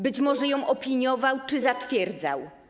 Być może ją opiniował czy zatwierdzał.